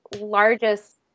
largest